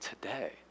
today